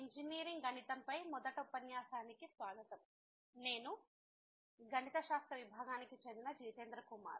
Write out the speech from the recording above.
engineering గణితంపై మొదటి ఉపన్యాసానికి స్వాగతం నేను గణిత శాస్త్ర విభాగానికి చెందిన జితేంద్ర కుమార్